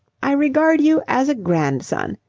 i regard you as a grandson.